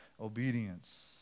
obedience